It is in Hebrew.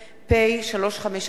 פ/3541/18.